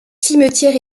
cimetière